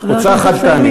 הוצאה חד-פעמית.